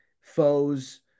foes